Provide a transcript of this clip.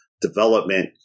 development